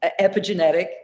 epigenetic